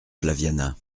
flaviana